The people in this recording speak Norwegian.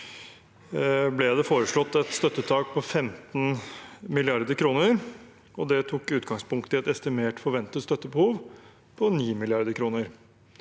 ble det foreslått et støttetak på 15 mrd. kr, og det tok utgangspunkt i et estimert forventet støttebehov på 9 mrd. kr.